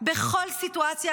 בכל סיטואציה,